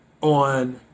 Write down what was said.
on